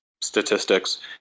statistics